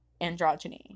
androgyny